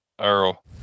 Earl